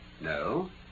no